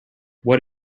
what